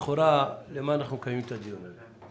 לכאורה, למה אנחנו מקיימים את הדיון הזה?